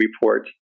report